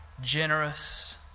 generous